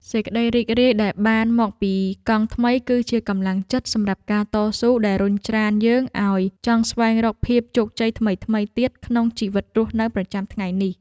សេចក្ដីរីករាយដែលបានមកពីកង់ថ្មីគឺជាកម្លាំងចិត្តសម្រាប់ការតស៊ូដែលរុញច្រានយើងឱ្យចង់ស្វែងរកភាពជោគជ័យថ្មីៗទៀតក្នុងជីវិតរស់នៅប្រចាំថ្ងៃនេះ។